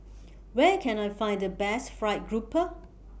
Where Can I Find The Best Fried Grouper